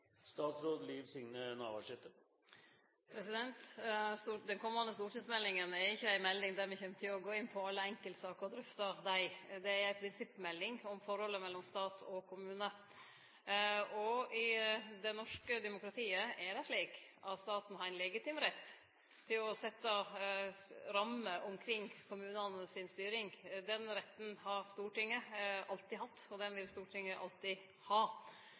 er ikkje ei melding der me kjem til å gå inn på alle enkeltsaker og drøfte dei. Det er ei prinsippmelding om forholdet mellom stat og kommune, og i det norske demokratiet er det slik at staten har ein legitim rett til å setje rammer omkring kommunane si styring. Den retten har Stortinget alltid hatt, den vil Stortinget alltid ha,